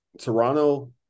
Toronto